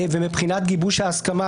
יום פטירתו וגם הולדתו של משה רבנו.